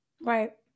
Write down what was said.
Right